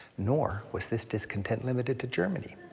nor was this discontent limited to germany.